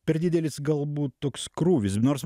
per didelis galbūt toks krūvis nors